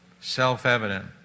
Self-evident